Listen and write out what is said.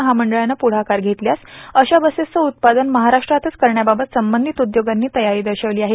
महामंडळानं पुढाकार घेतल्यास अशा बसेसचं उत्पादन महाराष्ट्रातच करण्याबाबत संबंधित उद्योगांनी तयारी दर्शविली आहे